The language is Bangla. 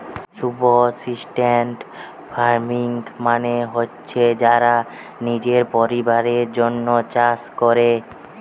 সুবসিস্টেন্স ফার্মিং মানে হচ্ছে যারা নিজের পরিবারের জন্যে চাষ কোরে